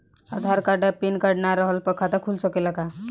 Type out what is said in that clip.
आधार card आ PAN card ना रहला पर खाता खुल सकेला का?